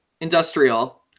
Industrial